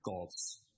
God's